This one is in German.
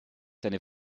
seine